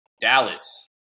Dallas